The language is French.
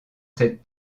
cette